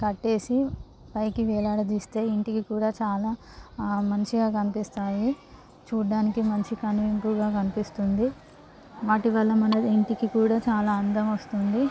కట్టేసి పైకి వేలాడదీస్తే ఇంటికి కూడా చాలా మంచిగా కనిపిస్తాయి చూడ్డానికి మంచి కనువింపుగా కనిపిస్తుంది వాటి వల్ల మన ఇంటికి కూడా చాలా అందం వస్తుంది